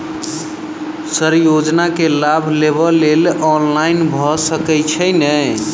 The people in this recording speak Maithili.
सर योजना केँ लाभ लेबऽ लेल ऑनलाइन भऽ सकै छै नै?